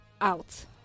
out